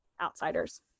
outsiders